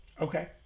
Okay